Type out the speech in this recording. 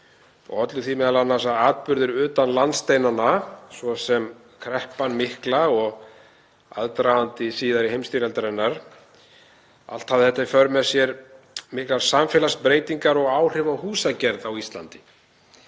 og ollu því m.a. atburðir utan landsteinanna, svo sem kreppan mikla og aðdragandi síðari heimsstyrjaldarinnar. Allt hafði þetta í för með sér miklar samfélagsbreytingar og áhrif á húsagerð á Íslandi.